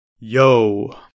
Yo